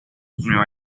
nueva